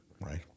right